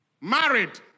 married